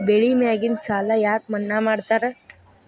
ಬೆಳಿ ಮ್ಯಾಗಿನ ಸಾಲ ಯಾಕ ಮನ್ನಾ ಮಾಡ್ತಾರ?